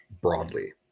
broadly